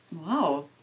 Wow